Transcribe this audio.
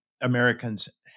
Americans